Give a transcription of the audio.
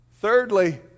thirdly